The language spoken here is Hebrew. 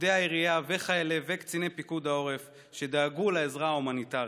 עובדי העירייה וחיילי וקציני פיקוד העורף שדאגו לעזרה ההומניטרית,